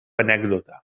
anècdota